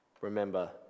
remember